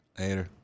Later